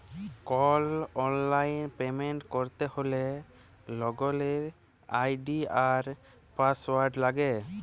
call অললাইল payment ক্যরতে হ্যলে লগইল আই.ডি আর পাসঅয়াড় লাগে